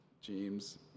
James